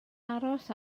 aros